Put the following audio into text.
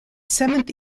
seventh